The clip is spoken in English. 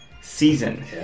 season